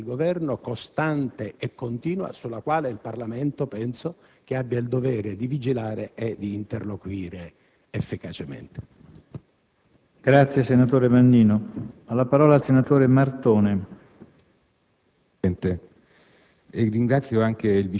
auspico un'iniziativa politica del Governo, costante e continua, sulla quale il Parlamento penso che abbia il dovere di vigilare e di interloquire efficacemente. PRESIDENTE. È iscritto a parlare il senatore Martone.